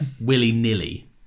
willy-nilly